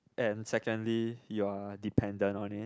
and secondly you are dependent on it